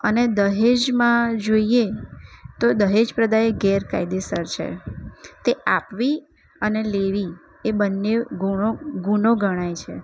અને દહેજમાં જોઈએ તો દહેજ પ્રથા એ ગેરકાયદેસર છે તે આપવી અને લેવી એ બંને ગુનો ગણાય છે